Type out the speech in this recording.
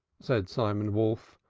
said simon wolf,